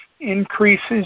increases